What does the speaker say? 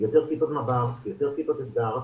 יותר כיתות מב"ר, יותר כיתות אתגר.